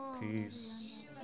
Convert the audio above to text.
Peace